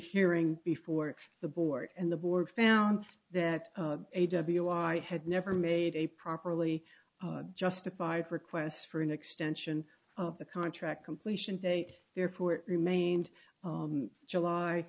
hearing before the board and the board found that a w i had never made a properly justified request for an extension of the contract completion date therefore it remained july